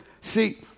See